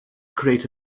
create